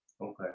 Okay